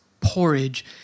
porridge